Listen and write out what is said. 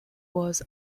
was